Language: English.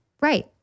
Right